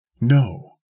No